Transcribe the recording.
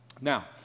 Now